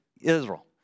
Israel